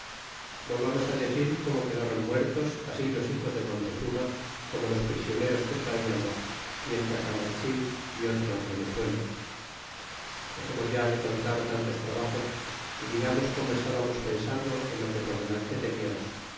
volvamos decir como quedron muertos así los hijos de montezuma como los prisioneros que rajamos y el cacamatzin y otros reyezuelos dexemos ya de contar tantos trabajos y digamos como estábamos pensando en toque por delante teniarnos